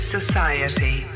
Society